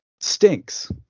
Stinks